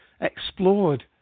explored